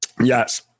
Yes